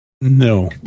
No